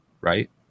right